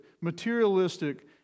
materialistic